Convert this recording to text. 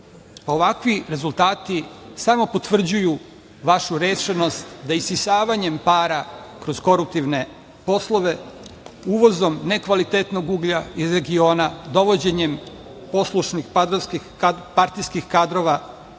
Ovakvi rezultati samo potvrđuju vašu rešenost da isisavanjem para kroz koruptivne poslove, uvozom nekvalitetnog uglja iz regiona, dovođenjem poslušnih partijskih kadrova